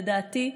לדעתי,